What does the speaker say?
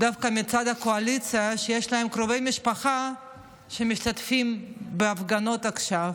דווקא מצד הקואליציה שיש להם קרובי משפחה שמשתתפים בהפגנות עכשיו.